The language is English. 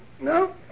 No